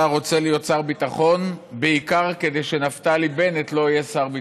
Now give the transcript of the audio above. רוצה להיות שר ביטחון בעיקר כדי שנפתלי בנט לא יהיה שר ביטחון.